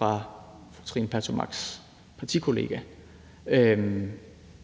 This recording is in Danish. af fru Trine Pertou Machs partikollega.